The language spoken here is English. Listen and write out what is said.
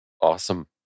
Awesome